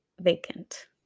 vacant